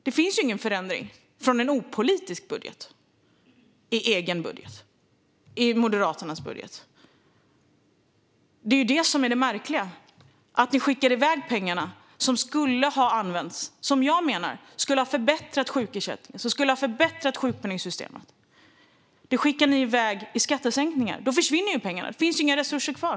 Det finns ju ingen förändring från den opolitiska budgeten i Moderaternas budget. Det är det som är det märkliga. De pengar som jag menar skulle ha använts till att förbättra sjukersättningen och sjukpenningsystemet skickar ni iväg i skattesänkningar. Då försvinner ju pengarna - då finns det inga resurser kvar.